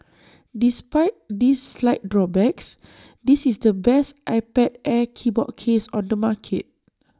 despite these slight drawbacks this is the best iPad air keyboard case on the market